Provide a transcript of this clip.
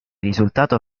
risultato